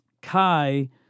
Kai